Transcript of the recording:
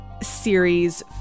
series